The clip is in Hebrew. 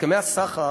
בהסכמי הסחר